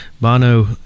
Bono